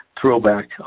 throwback